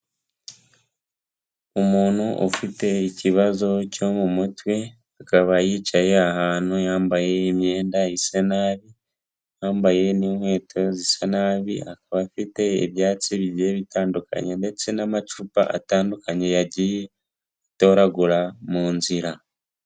Umuntu ufite ikibazo cyo mu mutwe, akaba yicaye ahantu yambaye imyenda isa nabi, yambaye n'inkweto zisa nabi, akaba afite ibyatsi bigiye bitandukanye ndetse n'amacupa atandukanye yagiye atoragura mu nzira.